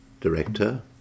director